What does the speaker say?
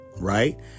right